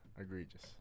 Egregious